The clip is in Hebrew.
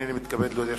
הנני מתכבד להודיעכם,